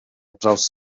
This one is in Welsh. draws